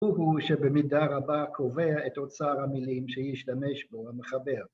הוא הוא שבמידה רבה קובע את אוצר המילים שישתמש בו המחבר